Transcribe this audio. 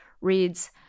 reads